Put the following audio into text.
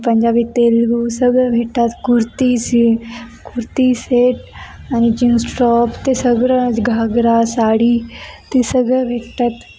पंजाबी तेलगू सगळं भेटतात कुर्ती सी कुर्ती सेट आणि जीन्स टॉप ते सगळं घागरा साडी ते सगळं भेटतात